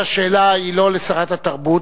השאלה היא לא לשרת התרבות,